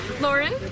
Lauren